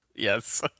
Yes